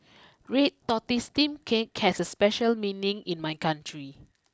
Red Tortoise Steamed Cake has special meaning in my country